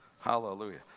Hallelujah